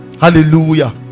hallelujah